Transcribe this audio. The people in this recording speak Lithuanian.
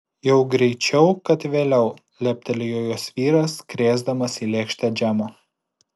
jau greičiau kad vėliau leptelėjo jos vyras krėsdamas į lėkštę džemo